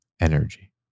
energy